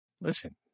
Listen